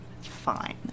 fine